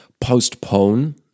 postpone